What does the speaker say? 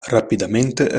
rapidamente